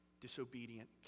disobedient